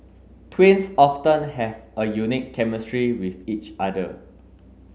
twins often have a unique chemistry with each other